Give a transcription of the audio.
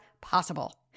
possible